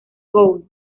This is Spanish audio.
gould